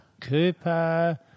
Cooper